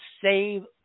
save